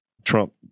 Trump